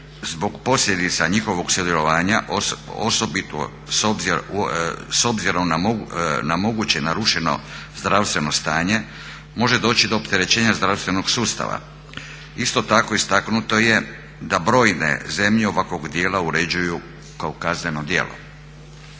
zbog posljedica njihovog sudjelovanja osobito s obzirom narušeno zdravstveno stanje može doći do opterećenja zdravstvenog sustava. Isto tako istaknuto je da brojne zemlje ovakvo djela uređuju kao kazneno djelo.